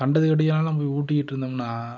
கண்டது கடையதுல்லாம் நம்ப போய் ஊட்டிக்கிட்டு இருந்தோம்னா